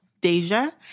Deja